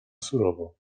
surowo